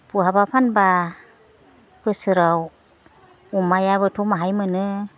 बहाबा फानब्ला बोसोराव अमायाबोथ' माहाय मोनो